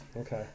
Okay